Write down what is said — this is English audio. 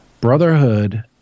Brotherhood